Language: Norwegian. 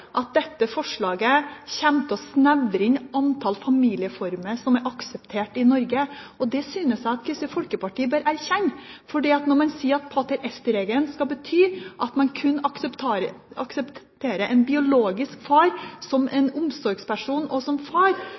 at dette forslaget kommer til å snevre inn antall familieformer som er akseptert i Norge. Det synes jeg at Kristelig Folkeparti bør erkjenne. Når man sier at pater est-regelen skal bety at man kun aksepterer en biologisk far som en omsorgsperson, og som far,